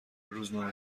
روزنامه